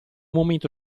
momento